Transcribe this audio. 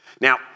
Now